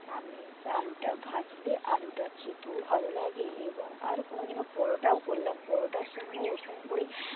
আমি আলুটা ভাজলে আলুটা খেতেও ভালো লাগে এবং আর কোনওদিনও পরোটাও করলাম পরোটার সঙ্গেও ওরকম করেই